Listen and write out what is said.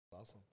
Awesome